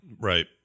Right